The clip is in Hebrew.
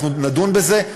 אנחנו נדון בזה.